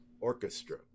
orchestra